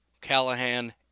Callahan